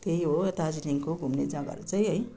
त्यही हो दार्जिलिङको घुम्ने जग्गाहरू चाहिँ